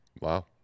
Wow